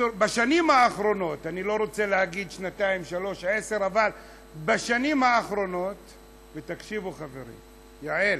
בשנים האחרונות, ותקשיבו, חברים, יעל,